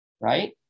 Right